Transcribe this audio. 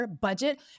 budget